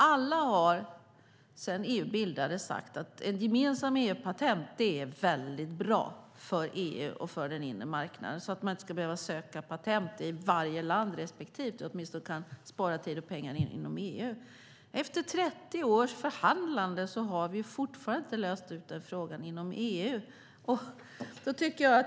Sedan EU bildades har alla sagt att ett gemensamt EU-patent är väldigt bra för EU och för den inre marknaden för att man inte ska behöva söka patent i varje land och åtminstone kunna spara tid och pengar inom EU. Efter 30 års förhandlande har vi fortfarande inte löst den frågan inom EU.